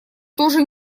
тоже